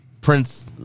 Prince